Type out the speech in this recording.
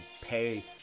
pay